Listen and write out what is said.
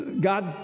God